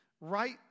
right